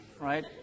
right